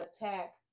attack